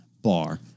Bar